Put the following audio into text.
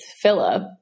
Philip